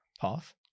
path